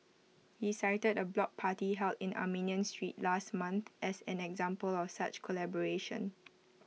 he cited A block party held in Armenian street last month as an example of such collaboration